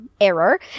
Error